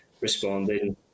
Responding